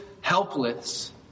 helpless